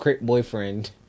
boyfriend